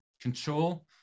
control